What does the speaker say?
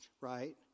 right